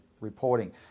reporting